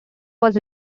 was